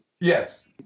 Yes